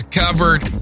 covered